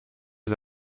ist